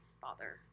father